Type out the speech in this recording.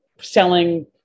selling